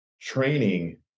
training